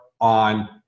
on